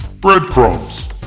breadcrumbs